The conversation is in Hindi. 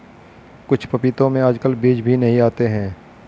कुछ पपीतों में आजकल बीज भी नहीं आते हैं